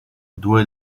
due